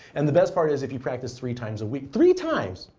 and the best part is, if you practice three times a week three times!